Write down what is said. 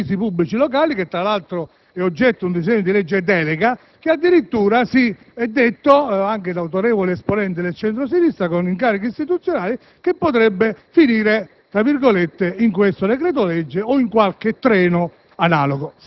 servizi pubblici locali, che tra l'altro è oggetto di un disegno di legge delega che addirittura - come è stato affermato anche da autorevoli esponenti del centro-sinistra con incarichi istituzionali - potrebbe confluire in questo decreto-legge o in qualche treno